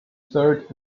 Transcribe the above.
third